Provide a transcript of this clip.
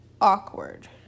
awkward